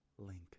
Link